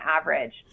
average